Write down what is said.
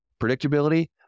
predictability